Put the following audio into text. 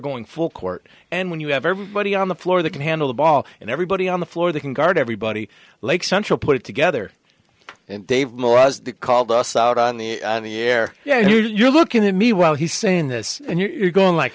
going full court and when you have everybody on the floor that can handle the ball and everybody on the floor they can guard everybody like central put it together and they've more us called us out on the air yeah you're looking at me while he's saying this and you're going like